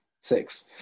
six